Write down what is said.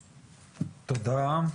תודה.